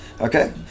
Okay